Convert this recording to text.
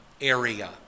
area